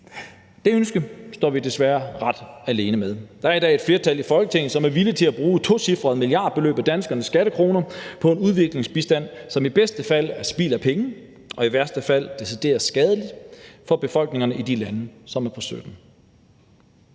Det ønske står vi desværre ret alene med. Der er i dag et flertal i Folketinget, som er villig til at bruge et tocifret milliardbeløb af danskernes skattekroner på en udviklingsbistand, som i bedste fald er spild af penge og i værste fald decideret skadelig for befolkningerne i de lande, som er på støtten.